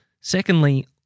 Secondly